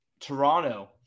Toronto